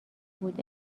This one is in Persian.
بود